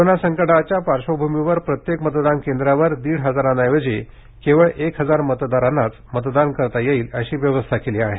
corona संकटाच्या पार्श्वभूमीवर प्रत्येक मतदान केंद्रांवर दीड हजारांऐवजी केवळ एक हजार मतदारांनाच मतदान करता येईल अशी व्यवस्था केली आहे